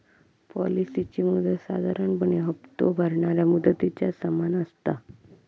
पॉलिसीची मुदत साधारणपणे हप्तो भरणाऱ्या मुदतीच्या समान असता